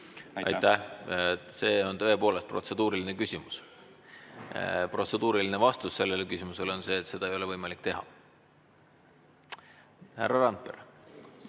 Aitäh! See on tõepoolest protseduuriline küsimus. Protseduuriline vastus sellele küsimusele on see, et seda ei ole võimalik teha. Härra Randpere.